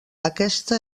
aquesta